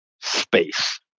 space